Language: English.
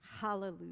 Hallelujah